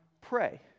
pray